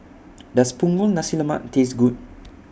Does Punggol Nasi Lemak Taste Good